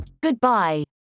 Goodbye